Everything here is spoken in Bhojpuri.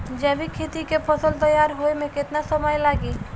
जैविक खेती के फसल तैयार होए मे केतना समय लागी?